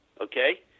Okay